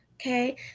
Okay